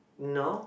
no